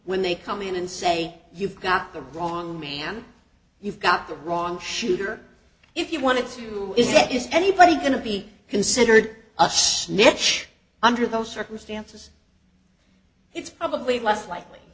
when they come in and say you've got the wrong man you've got the wrong shooter if you wanted to is that is anybody going to be considered a schnarch under those circumstances it's probably less likely